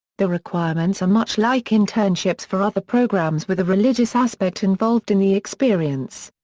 the requirements are much like internships for other programs with a religious aspect involved in the experience.